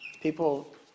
people